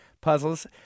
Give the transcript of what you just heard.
puzzles